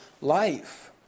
life